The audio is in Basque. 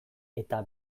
eta